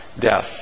death